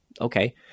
Okay